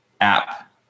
app